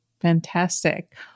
fantastic